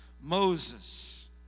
Moses